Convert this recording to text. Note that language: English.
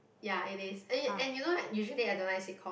ya it is and you know like usually I don't like sitcom